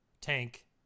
tank